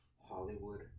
hollywood